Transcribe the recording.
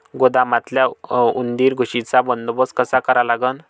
गोदामातल्या उंदीर, घुशीचा बंदोबस्त कसा करा लागन?